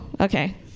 okay